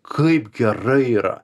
kaip gerai yra